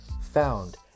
found